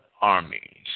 armies